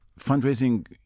Fundraising